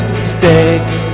mistakes